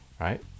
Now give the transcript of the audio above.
right